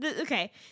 Okay